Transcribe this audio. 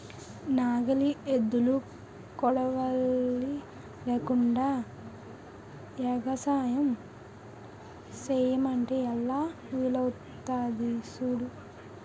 నాగలి, ఎద్దులు, కొడవలి లేకుండ ఎగసాయం సెయ్యమంటే ఎలా వీలవుతాది సూడు